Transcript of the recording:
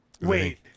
wait